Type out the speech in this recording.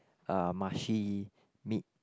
uh mushy meat